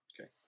Okay